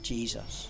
Jesus